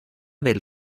del